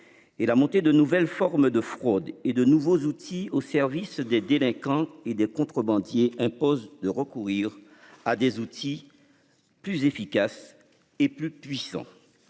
Et la montée de nouvelles formes de fraude et de nouveaux outils au service des délinquants et des contrebandiers impose de recourir à des outils. Plus efficaces et plus puissants.